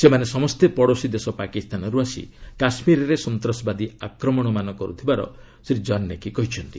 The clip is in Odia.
ସେମାନେ ସମସ୍ତେ ପଡୋଶୀ ଦେଶ ପାକିସ୍ତାନରୁ ଆସି କାଶ୍ମୀରରେ ସନ୍ତାସବାଦୀ ଆକ୍ରମଣମାନ କରୁଥିବାର ଶ୍ରୀ ଜାର୍ଷ୍ଣେକି କହିଛନ୍ତି